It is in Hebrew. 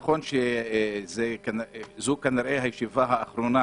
נכון, שזו כנראה הישיבה האחרונה